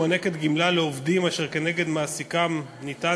מוענקת גמלה לעובדים אשר כנגד מעסיקם ניתן